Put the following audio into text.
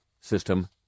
system